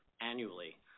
annually